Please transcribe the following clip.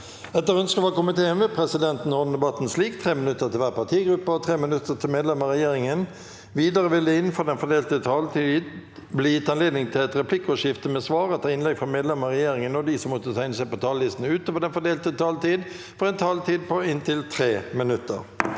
Etter ønske fra finanskomi- teen vil presidenten ordne debatten slik: 3 minutter til hver partigruppe og 3 minutter til medlemmer av regjeringen. Videre vil det – innenfor den fordelte taletid – bli gitt anledning til replikker med svar etter innlegg fra medlemmer av regjeringen, og de som måtte tegne seg på talerlisten utover den fordelte taletid, får også en taletid på inntil 3 minutter.